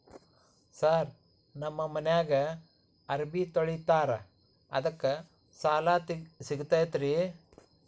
Sir ನಮ್ಮ ಮನ್ಯಾಗ ಅರಬಿ ತೊಳಿತಾರ ಅದಕ್ಕೆ ಸಾಲ ಸಿಗತೈತ ರಿ?